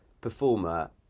performer